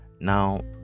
now